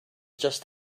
just